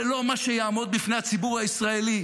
זה לא מה שיעמוד לפני הציבור הישראלי,